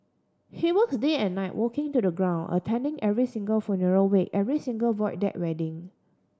he works day and night walking to the ground attending every single funeral wake every single Void Deck wedding